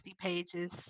pages